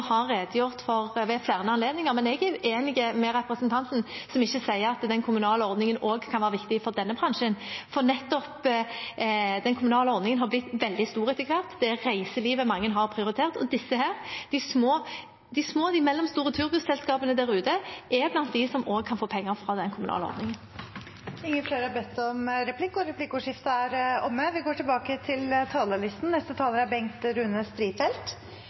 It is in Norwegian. har redegjort for ved flere anledninger. Men jeg er uenig med representanten, som ikke sier at den kommunale ordningen også kan være viktig for denne bransjen. For nettopp den kommunale ordningen er blitt veldig stor etter hvert. Det er reiselivet mange har prioritert, og disse – de små og de mellomstore turbusselskapene der ute – er blant dem som også kan få penger fra denne kommunale ordningen. Replikkordskiftet er omme. De talere som heretter får ordet, har